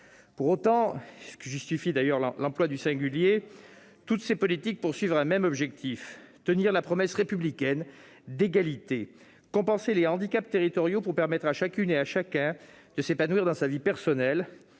Pour autant- et c'est ce qui justifie d'ailleurs l'emploi du singulier -, toutes ces politiques ont un même objectif : tenir la promesse républicaine d'égalité, compenser les handicaps territoriaux pour permettre à chacune et à chacun de s'épanouir dans sa vie personnelle,